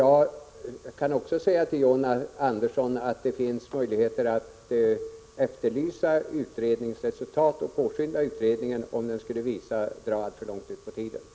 Jag kan också säga till John Andersson att det finns möjligheter att efterlysa utredningsresultat och påskynda utredningen, om den skulle visa sig dra ut för långt på tiden.